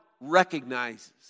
recognizes